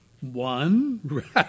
One